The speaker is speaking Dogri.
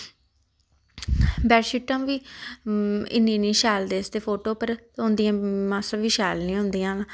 बेड शिटां बी इन्नी इन्नी शैल दसदे फोटो उप्पर होंदिया मासा बी शैल निं होंदियां